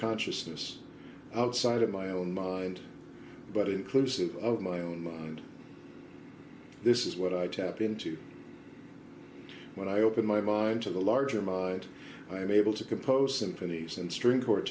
consciousness outside of my own mind but inclusive of my own mind this is what i tapped into when i open my mind to the larger mind i'm able to compose symphonies and string